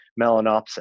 melanopsin